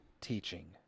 teaching